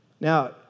Now